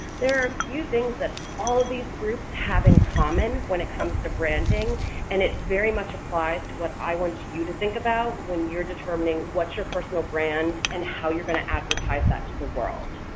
there are that all of these groups have in common when it comes to branding and it very much applies to what i want you you to think about when you're determining what's your personal brand and how you're going to advertise that to the world.